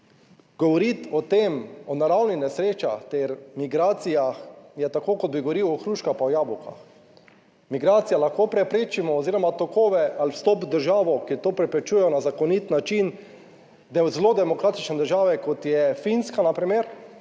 govoriti o tem, o naravnih nesrečah ter migracijah, je tako kot bi govoril o hruškah, pa jabolka. Migracije lahko preprečimo oziroma tokove ali vstop v državo, ki to preprečujejo na zakonit način. Zelo demokratične države, kot je Finska na primer,